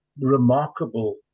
remarkable